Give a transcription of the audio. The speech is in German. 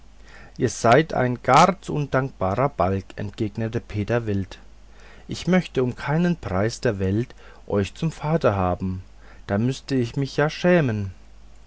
ihr seid ein gar zu undankbarer balg entgegnete peter wild ich möchte um keinen preis der welt euch zum vater haben da müßte ich mich ja schämen